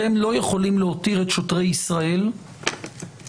אתם לא יכולים להותיר את שוטרי ישראל להיות